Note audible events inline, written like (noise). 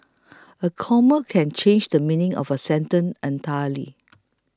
(noise) a comma can change the meaning of a sentence entirely